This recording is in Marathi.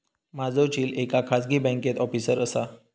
माझो झिल एका खाजगी बँकेत ऑफिसर असा